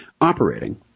operating